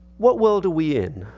what world are we in?